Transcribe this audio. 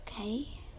okay